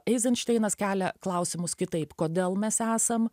eizenšteinas kelia klausimus kitaip kodėl mes esam